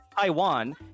Taiwan